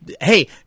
Hey